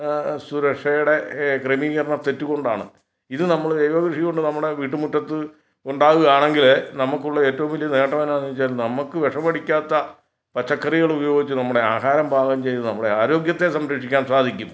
സുരക്ഷയുടെ ക്രമീകരണ തെറ്റ് കൊണ്ടാണ് ഇത് നമ്മുടെ ജൈവ കൃഷികൊണ്ട് നമ്മുടെ വീട്ടുമുറ്റത്ത് ഉണ്ടാവുകയാണെങ്കിൽ നമുക്കുള്ള ഏറ്റവും വലിയ നേട്ടം എന്താന്നുവെച്ചാൽ നമ്മൾക്ക് വിഷം അടിക്കാത്ത പച്ചക്കറികൾ ഉപയോഗിച്ച് നമ്മുടെ ആഹാരം പാകം ചെയ്ത് നമ്മളെ ആരോഗ്യത്തെ സംരക്ഷിക്കാൻ സാധിക്കും